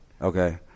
Okay